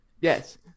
Yes